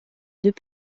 deux